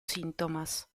síntomas